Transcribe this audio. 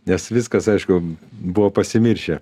nes viskas aišku buvo pasimiršę